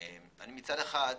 מצד אחד,